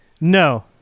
no